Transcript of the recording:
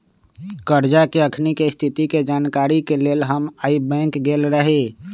करजा के अखनीके स्थिति के जानकारी के लेल हम आइ बैंक गेल रहि